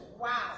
wow